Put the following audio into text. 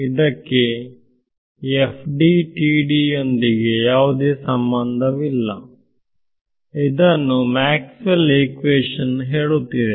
ಇದಕ್ಕೆ FDTD ಯೊಂದಿಗೆ ಯಾವುದೇ ಸಂಬಂಧವಿಲ್ಲ ಇದನ್ನು ಮ್ಯಾಕ್ಸ್ವೆಲ್ ಈಕ್ವೇಶನ್ ಹೇಳುತ್ತಿದೆ